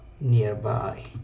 nearby